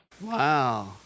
Wow